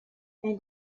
and